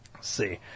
see